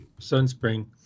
sunspring